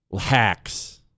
hacks